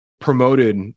promoted